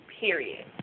period